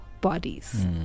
bodies